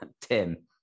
Tim